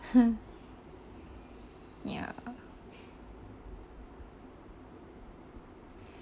ya